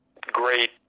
great